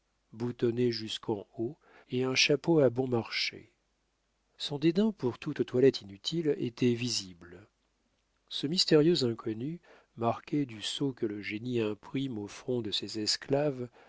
boutonné jusqu'en haut et un chapeau à bon marché son dédain pour toute toilette inutile était visible ce mystérieux inconnu marqué du sceau que le génie imprime au front de ses esclaves